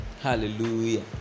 hallelujah